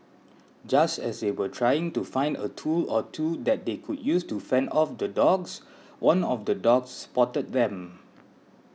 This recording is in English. just as they were trying to find a tool or two that they could use to fend off the dogs one of the dogs spotted them